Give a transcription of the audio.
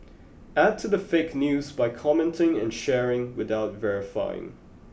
add to the fake news by commenting and sharing without verifying